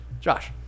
Josh